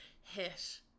hit